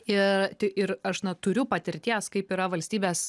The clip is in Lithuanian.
ir ir aš na turiu patirties kaip yra valstybės